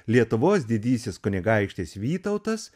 lietuvos didysis kunigaikštis vytautas